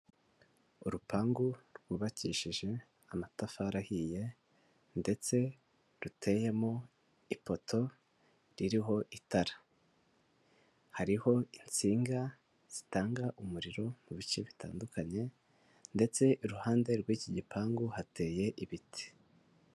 Urupangu rwubakishije amatafari ahiye ndetse ruteyemo ipoto ririho itara. Hariho insinga zitanga umuriro mu bice bitandukanye ndetse iruhande rw'iki gipangu hateye ibiti.